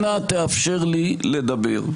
אנא תאפשר לי לדבר.